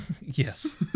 Yes